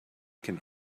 can